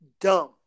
dumb